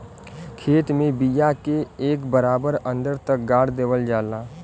खेत में बिया के एक बराबर अन्दर तक गाड़ देवल जाला